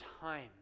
time